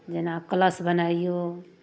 जेना कलश बनाइयौ